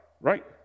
Right